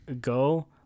Go